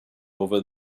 over